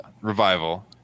Revival